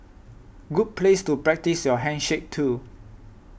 good place to practise your handshake too